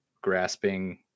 grasping